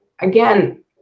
again